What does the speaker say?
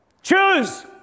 Choose